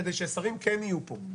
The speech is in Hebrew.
כדי ששרים כן יהיו פה.